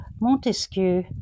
Montesquieu